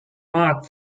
mark